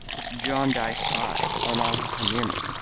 with a jaundiced eye on all who come near me.